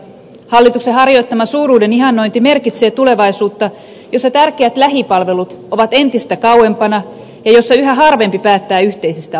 hallituksen harjoittaman suuruuden ihannointi merkitsee tulevaisuutta jossa tärkeät lähipalvelut ovat entistä kauempana jossa yhä harvempi päättää yhteisistä